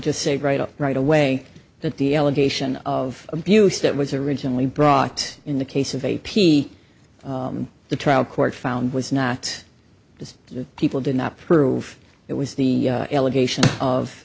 just say right up right away that the allegation of abuse that was originally brought in the case of a p the trial court found was not just that people did not proof it was the allegation of